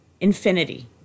infinity